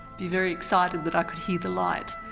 be very excited that i could hear the light.